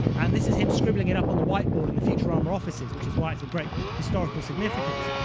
and this is him scribbling it up on the whiteboard in the futurama offices, which is why it's of great historical significance.